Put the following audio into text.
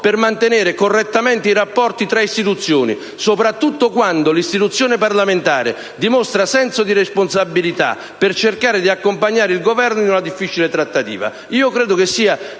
per mantenere correttamente i rapporti tra istituzioni, soprattutto quando l'istituzione parlamentare dimostra senso di responsabilità per cercare di accompagnare il Governo in una difficile trattativa. Credo sia